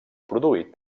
produït